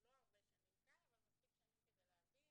לא הרבה שנים כאן, אבל מספיק שנים כדי להבין